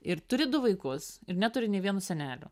ir turi du vaikus ir neturi nė vieno senelio